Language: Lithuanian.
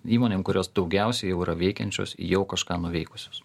įmonėm kurios daugiausia jau yra veikiančios jau kažką nuveikusius